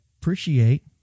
appreciate